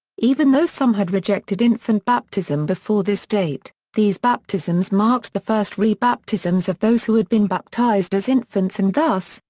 even though some had rejected infant baptism before this date, these baptisms marked the first re-baptisms of those who had been baptized as infants and thus,